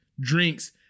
drinks